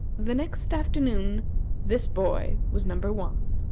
the next afternoon this boy was number one.